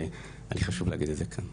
אז היה לי חשוב להגיד את זה כאן.